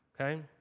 Okay